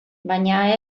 baina